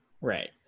Right